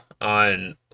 on